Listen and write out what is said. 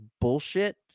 bullshit